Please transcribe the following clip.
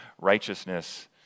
righteousness